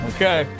Okay